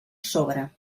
sobre